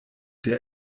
der